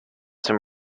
some